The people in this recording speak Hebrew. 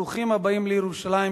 ברוכים הבאים לירושלים,